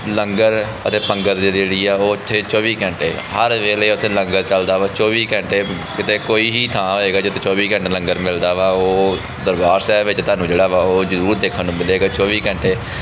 ਲੰਗਰ ਅਤੇ ਪੰਗਤ ਦੀ ਜਿਹੜੀ ਆ ਓਥੇ ਚੌਵੀ ਘੰਟੇ ਹਰ ਵੇਲੇ ਉੱਥੇ ਲੰਗਰ ਚੱਲਦਾ ਵਾ ਚੌਵੀ ਘੰਟੇ ਕਿਤੇ ਕੋਈ ਹੀ ਥਾਂ ਹੋਵੇਗਾ ਜਿੱਥੇ ਚੌਵੀ ਘੰਟੇ ਲੰਗਰ ਮਿਲਦਾ ਵਾ ਉਹ ਦਰਬਾਰ ਸਾਹਿਬ ਵਿੱਚ ਤੁਹਾਨੂੰ ਜਿਹੜਾ ਵਾ ਉਹ ਜ਼ਰੂਰ ਦੇਖਣ ਨੂੰ ਮਿਲੇਗਾ ਚੌਵੀ ਘੰਟੇ